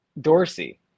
Dorsey